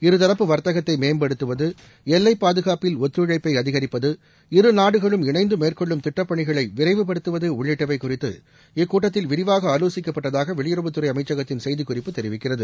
இருதரப்பு வர்த்தகததை மேம்படுத்துவது எல்லைப்பாதுகாப்பில் ஒத்துழைப்பை அதிகரிப்பது இருநாடுகளும் இணைந்து மேற்கொள்ளும் திட்டப்பணிகளை விரைவுப்படுத்துவது உள்ளிட்டவை குறித்து இக்கூட்டத்தில் விரிவாக ஆலோசிக்கப்பட்டதாக வெளியுறவுத்துறை அமைச்சகத்தின் செய்திக்குறிப்பு தெரிவிக்கிறது